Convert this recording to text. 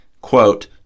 quote